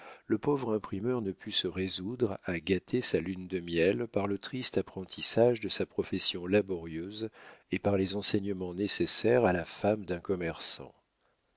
le pauvre imprimeur ne put se résoudre à gâter sa lune de miel par le triste apprentissage de sa profession laborieuse et par les enseignements nécessaires à la femme d'un commerçant